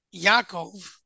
Yaakov